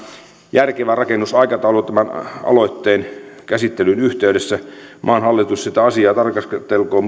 järkevä rakennusaikataulu tämän aloitteen käsittelyn yhteydessä maan hallitus sitä asiaa tarkastelkoon